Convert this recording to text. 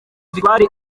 victoire